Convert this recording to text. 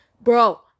Bro